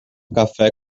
café